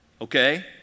Okay